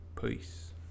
Peace